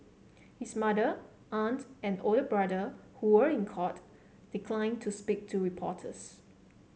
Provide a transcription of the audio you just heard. his mother aunt and older brother who were in court declined to speak to reporters